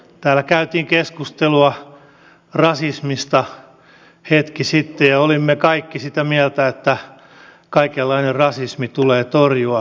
täällä käytiin keskustelua rasismista hetki sitten ja olimme kaikki sitä mieltä että kaikenlainen rasismi tulee torjua